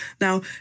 Now